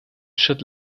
should